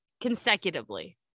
Consecutively